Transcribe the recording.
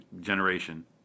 generation